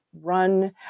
run